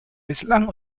bislang